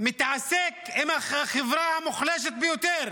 מתעסק עם החברה המוחלשת ביותר,